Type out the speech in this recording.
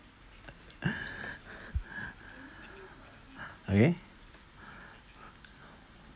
okay